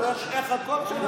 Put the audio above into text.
הוא עצמו חשב שהיא לא מתאימה,